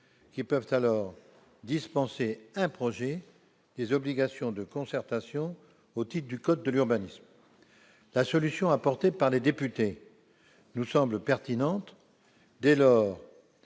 qui peuvent alors dispenser un projet des obligations de concertation au titre du code de l'urbanisme. La solution apportée par les députés nous semble pertinente,